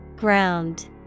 Ground